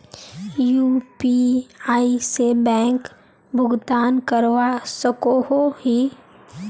UPI से bank भुगतान करवा सकोहो ही?